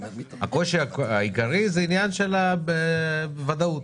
הקושי העיקרי זה העניין של הוודאות.